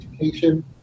education